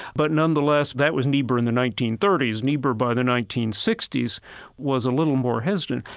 but nonetheless, that was niebuhr in the nineteen thirty s. niebuhr by the nineteen sixty s was a little more hesitant.